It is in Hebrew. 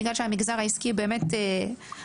בגלל שהמגזר העסקי ענף,